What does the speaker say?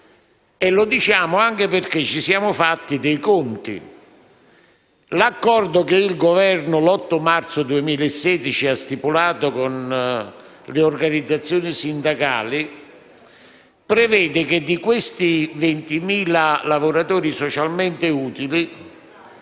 Lo diciamo anche perché ci siamo fatti dei conti. L'accordo che il Governo ha stipulato l'8 marzo 2016 con le organizzazioni sindacali prevede che di questi 20.000 lavoratori socialmente utili